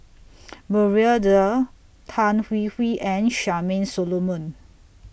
Maria Dyer Tan Hwee Hwee and Charmaine Solomon